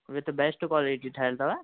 with best क्वालिटीअ जी ठहियल अथव